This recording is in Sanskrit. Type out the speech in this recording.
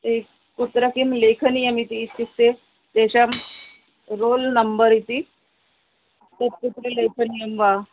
एक् कुत्र किं लेखनीयमिति इत्युक्ते तेषां रोल् नम्बर् इति तत् कुत्र लेखनीयं वा